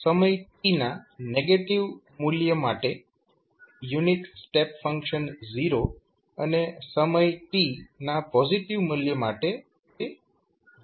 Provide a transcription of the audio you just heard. સમય t ના negative મૂલ્ય માટે યુનિટ સ્ટેપ ફંક્શન 0 અને સમય t ના પોઝિટિવ મૂલ્ય માટે તે 1 છે